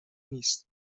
نیست